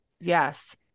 yes